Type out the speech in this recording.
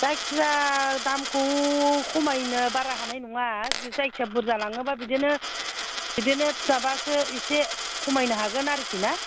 जायखिजाया दामखौ खमायनो बारा हानाय नङा जायखिया बुरजा लाङोबा बिदिनो बिदिनो माबासो एसे खमायनो हागोन आरोखि ना